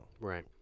Right